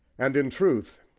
and, in truth,